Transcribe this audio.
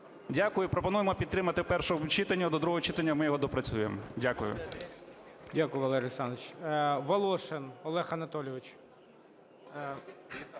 Дякую. Пропонуємо підтримати в першому читанні, до другого читання ми його доопрацюємо. Дякую. ГОЛОВУЮЧИЙ. Дякую, Валерій Олександрович. Волошин Олег Анатолійович.